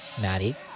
Maddie